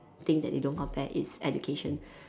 thing that they don't compare is education